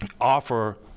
offer